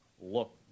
look